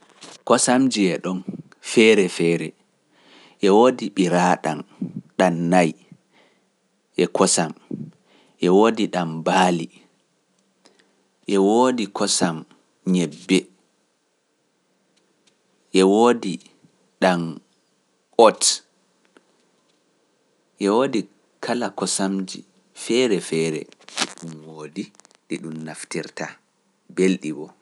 Kosamji e ɗon feere feere e woodi ɓiraaɗam ɗam nayi e kosam e woodi ɗam baali e woodi kosam ñebbe e woodi ɗam ot e woodi kala kosamji feere feere ɗum woodi ɗi ɗum naftirta belɗi woo.